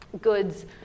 goods